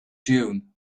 dune